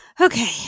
Okay